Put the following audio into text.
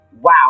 Wow